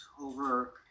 over